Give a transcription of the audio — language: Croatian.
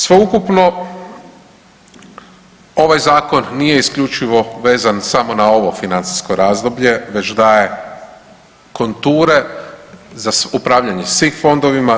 Sveukupno ovaj zakon nije isključivo vezan samo na ovo financijsko razdoblje već daje konture za upravljanje svim fondovima.